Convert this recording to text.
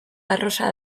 arrosa